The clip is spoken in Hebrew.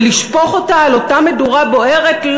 ולשפוך אותה אל אותה מדורה בוערת?